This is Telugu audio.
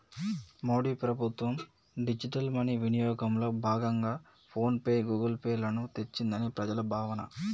మోడీ ప్రభుత్వం డిజిటల్ మనీ వినియోగంలో భాగంగా ఫోన్ పే, గూగుల్ పే లను తెచ్చిందని ప్రజల భావన